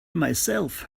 myself